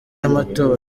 y’amatora